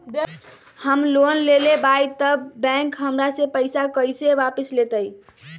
हम लोन लेलेबाई तब बैंक हमरा से पैसा कइसे वापिस लेतई?